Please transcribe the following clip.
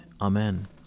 Amen